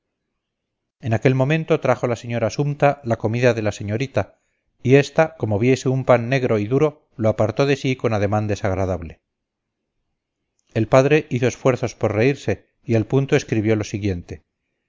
en aquel momento trajo la señora sumta la comida de la señorita y esta como viese un pan negro y duro lo apartó de sí con ademán desagradable el padre hizo esfuerzos por reírse y al punto escribió lo siguiente